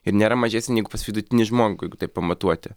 ir nėra mažesnė negu pas vidutinį žmogų jeigu taip pamatuoti